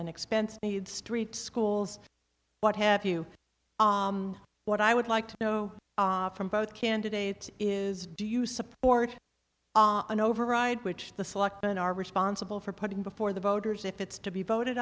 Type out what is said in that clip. expense need street schools what have you what i would like to know from both candidates is do you support an override which the selectmen are responsible for putting before the voters if it's to be voted